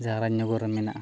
ᱡᱟᱦᱟᱸ ᱨᱟᱡᱽᱱᱚᱜᱚᱨ ᱨᱮ ᱢᱮᱱᱟᱜᱼᱟ